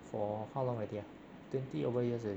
for how long already ah twenty over years already